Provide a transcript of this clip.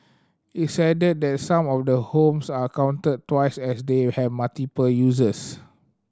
its added that some of the homes are counted twice as they have multiple uses